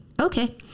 Okay